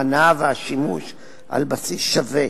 בהנאה ובשימוש על בסיס שווה